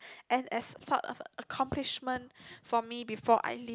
and as sort of accomplishment for me before I leave